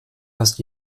fast